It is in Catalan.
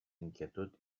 inquietud